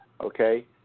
Okay